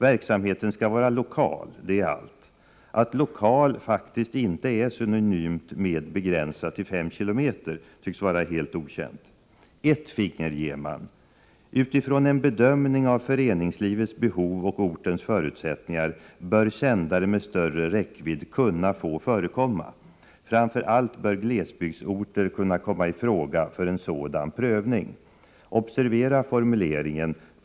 Verksamheten skall vara lokal, det är allt. Att ”lokal” faktiskt inte är synonymt med ”begränsad till 5 km” tycks vara helt okänt. Ett finger ger man: ”Utifrån en bedömning av föreningslivets behov och ortens förutsättningar bör sändare med större räckvidd kunna få förekomma. Framför allt bör glesbygdsorter kunna komma i fråga för en sådan prövning.” Observera formuleringen!